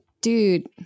dude